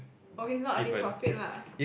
okay so earning profit lah